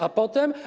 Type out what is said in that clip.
A potem?